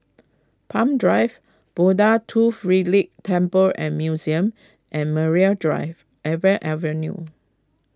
Palm Drive Buddha Tooth Relic Temple and Museum and Maria Drive Avenue